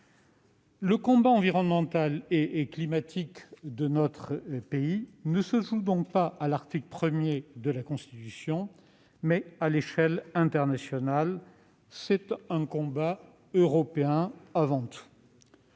Le combat environnemental et climatique de notre pays se joue donc non pas à l'article 1 de la Constitution, mais à l'échelle internationale. C'est avant tout